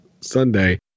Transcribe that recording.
Sunday